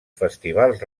festivals